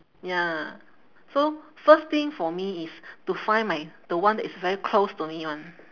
ya so first thing for me is to find my the one that is very close to me [one]